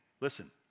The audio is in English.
Listen